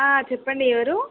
చెప్పండి ఎవరు